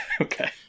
Okay